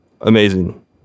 amazing